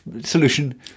solution